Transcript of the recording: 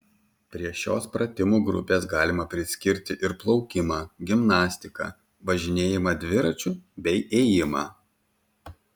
prie šios pratimų grupės galima priskirti ir plaukimą gimnastiką važinėjimą dviračiu bei ėjimą